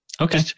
Okay